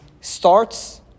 starts